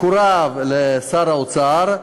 מקורב לשר האוצר,